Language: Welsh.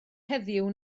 heddiw